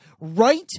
right